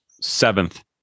seventh